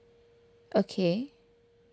okay